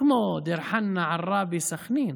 כמו דיר חנא, עראבה, סח'נין,